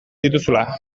dituzula